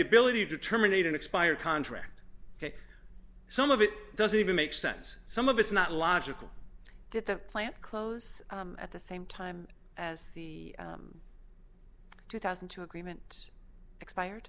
ability to terminate an expired contract ok some of it doesn't even make sense some of it's not logical did the plant closed at the same time as the two thousand and two agreement expired